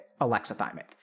alexithymic